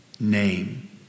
Name